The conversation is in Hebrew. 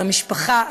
על המשפחה,